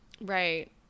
Right